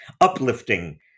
uplifting